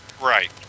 Right